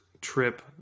trip